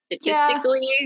statistically